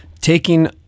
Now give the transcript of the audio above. taking